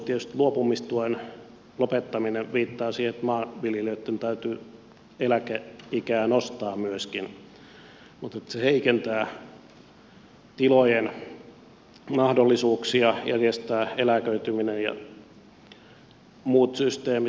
tietysti luopumistuen lopettaminen viittaa siihen että maanviljelijöitten täytyy eläkeikää nostaa myöskin mutta se heikentää tilojen mahdollisuuksia järjestää eläköityminen ja muut systeemit